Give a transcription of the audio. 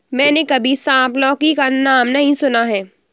मैंने कभी सांप लौकी का नाम नहीं सुना है